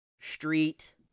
street